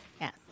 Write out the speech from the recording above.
Yes